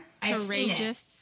Courageous